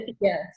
Yes